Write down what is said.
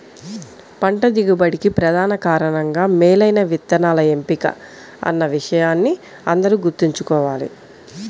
పంట దిగుబడికి ప్రధాన కారణంగా మేలైన విత్తనాల ఎంపిక అన్న విషయాన్ని అందరూ గుర్తుంచుకోవాలి